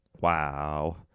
Wow